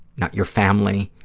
not your family,